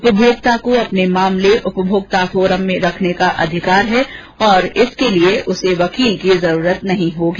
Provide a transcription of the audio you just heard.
उपभोक्ता को अपने मामले उपभोक्ता फोरम में रखने का अधिकार है और इसके लिए उसे वकील की आवश्यकता नहीं होगी